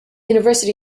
university